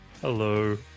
Hello